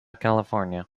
california